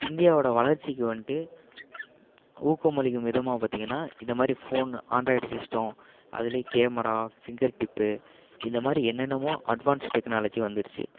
இந்தியாவோட வளர்ச்சிக்கு வந்துட்டு ஊக்கமளிக்கும் விதமாக பார்த்தீங்கன்னா இந்தமாதிரி ஃபோன் ஆண்ட்ராய்டு சிஸ்டம் அதுலேயே கேமரா ஃபிங்கர் டிப்பு இந்தமாதிரி என்னென்னமோ அட்வான்ஸ் டெக்னாலஜி வந்துடுச்சி